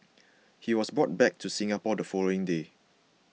he was brought back to Singapore the following day